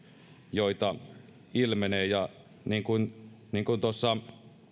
joita ilmenee ja niin kuin niin kuin tuossa